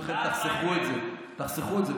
אני אומר לכם, תחסכו את זה, תחסכו את זה.